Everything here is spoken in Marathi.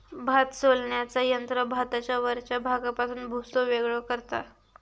भात सोलण्याचा यंत्र भाताच्या वरच्या भागापासून भुसो वेगळो करता